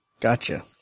Gotcha